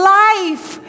life